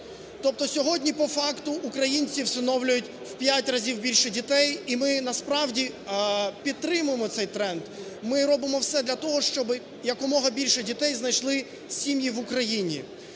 Тобто сьогодні по факту українці всиновлюють в 5 разів більше дітей, і ми насправді підтримуємо цей тренд. Ми робимо все для того, щоб якомога більше дітей знайшли сім'ї в Україні.